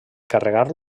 carregar